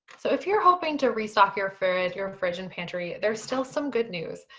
so if you're hoping to restock your fridge, your fridge and pantry, there's still some good news.